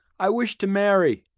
i wished to marry,